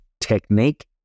technique